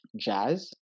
jazz